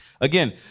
Again